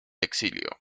exilio